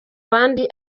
bandi